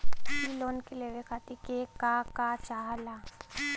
इ लोन के लेवे खातीर के का का चाहा ला?